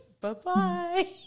Bye-bye